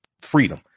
freedom